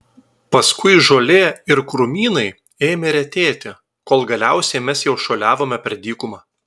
paskui žolė ir krūmynai ėmė retėti kol galiausiai mes jau šuoliavome per dykumą